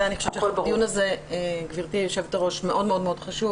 הדיון הזה מאוד חשוב,